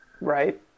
Right